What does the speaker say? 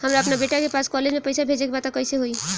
हमरा अपना बेटा के पास कॉलेज में पइसा बेजे के बा त कइसे होई?